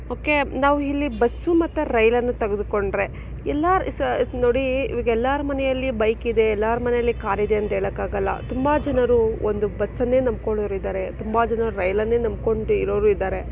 okay ನಾವು ಇಲ್ಲಿ bus ಮತ್ತು ರೈಲನ್ನು ತಗೆದುಕೊಂಡರೆ ಎಲ್ಲ ನೋಡಿ ಈವಾಗ ಎಲ್ಲರ ಮನೆಯಲ್ಲಿ ಬೈಕ್ ಇದೆ ಎಲ್ಲರ ಮನೆಯಲ್ಲಿ ಕಾರ್ ಇದೆ ಅಂತ ಹೇಳೋಕಾಗಲ್ಲ ತುಂಬ ಜನರು ಒಂದು ಬಸ್ಸನ್ನೇ ನಂಬಿಕೊಳ್ಳೋರಿದ್ದಾರೆ ತುಂಬ ಜನರು ರೈಲನ್ನೇ ನಂಬ್ಕೊಂಡು ಇರೋರು ಇದ್ದಾರೆ